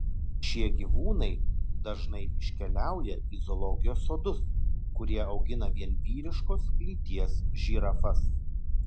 šie gyvūnai dažnai iškeliauja į zoologijos sodus kurie augina vien vyriškos lyties žirafas